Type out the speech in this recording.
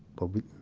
but we,